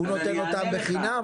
שהוא נותן אותן בחינם,